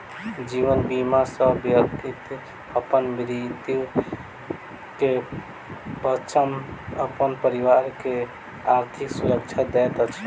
जीवन बीमा सॅ व्यक्ति अपन मृत्यु के पश्चात अपन परिवार के आर्थिक सुरक्षा दैत अछि